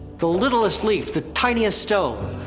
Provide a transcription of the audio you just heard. the littlest leaf, the tiniest stone!